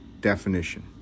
definition